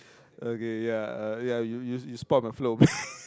okay ya uh ya you you you spoil my flow